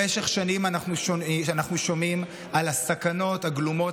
במשך שנים אנחנו שומעים על הסכנות הגלומות